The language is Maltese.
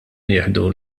nieħdu